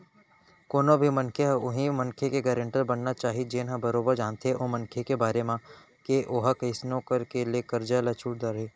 कोनो भी मनखे ह उहीं मनखे के गारेंटर बनना चाही जेन ह बरोबर जानथे ओ मनखे के बारे म के ओहा कइसनो करके ले करजा ल छूट डरही